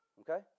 okay